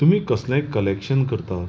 तुमी कसलेंय कलेक्शन करता